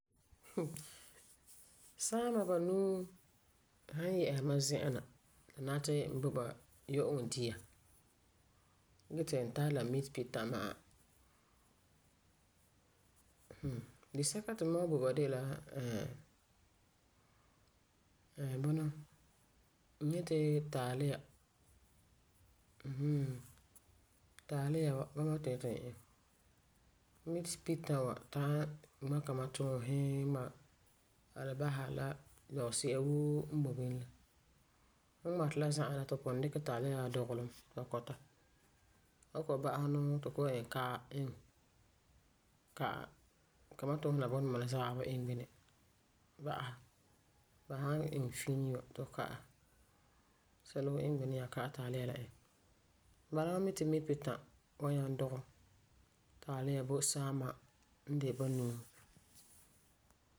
Hmm, saama banuu san yɛ'ɛsa mam zi'an na ti la nara ti n bo yu'uŋɔ dia ge ti n tara la mitepita ma'a. Hmm, disɛka ti mam wan bo ba de la bunɔ bunɔ n yeti taalia Mm hmm. Taalia wa bama ti n yeti n iŋɛ. Mitepita wa ta'am ŋma kamatuusi, ŋma alabasa la lɔgesi'a woo n boi bini la. Fum ŋmati la za'a la ti fu pugum dikɛ taalia la dugelɛ mɛ ti ba kɔta. Fu san kɔ'ɔm ba'asɛ nuu ti fu kɔ'ɔm iŋɛ ka'am iŋɛ. Ka'ɛ kamatuusi la bunduma la za'a waabi iŋɛ bini. Ba'asɛ, ba san iŋɛ fiin wa ti fu ka'ɛ sɛla woo iŋɛ bini nyaa ka'ɛ taalia iŋɛ. Bala mam mi ti mitepita wan nyaŋɛ dugɛ taalia bo saama n de banuu.